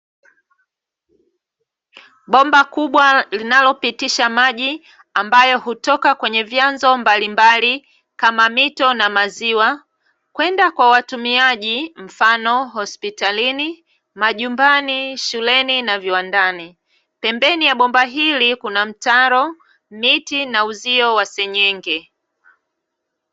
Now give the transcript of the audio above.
Bomba kubwa linalopitisha maji, ambayo hutoka kwenye vyanzo mbalimbali kama mito, na maziwa kwenda kwa watumiaji mfano hospitalini, majumbani, shuleni na viwandani. Pembeni ya bomba hili kuna mtaro, miti na uzio wa senyenge.